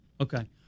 Okay